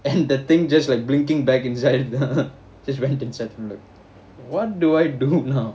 and the thing just like blinking back inside just went inside what do I do now